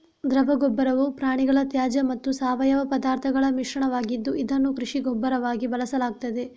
ದ್ರವ ಗೊಬ್ಬರವು ಪ್ರಾಣಿಗಳ ತ್ಯಾಜ್ಯ ಮತ್ತು ಸಾವಯವ ಪದಾರ್ಥಗಳ ಮಿಶ್ರಣವಾಗಿದ್ದು, ಇದನ್ನು ಕೃಷಿ ಗೊಬ್ಬರವಾಗಿ ಬಳಸಲಾಗ್ತದೆ